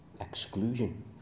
Exclusion